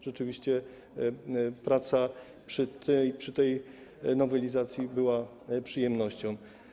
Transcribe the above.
Rzeczywiście praca przy tej nowelizacji była przyjemnością.